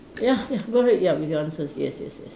ya ya go ahead ya with your answers yes yes yes